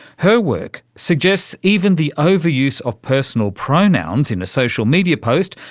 her work suggests even the overuse of personal pronouns in a social media post,